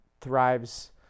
thrives